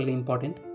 important